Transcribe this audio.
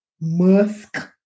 musk